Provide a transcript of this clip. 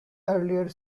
earlier